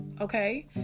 okay